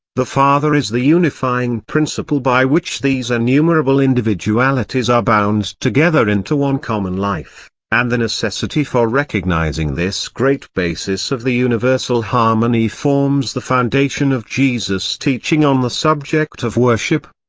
the father is the unifying principle by which these innumerable individualities are bound together into one common life, and the necessity for recognising this great basis of the universal harmony forms the foundation of jesus' teaching on the subject of worship.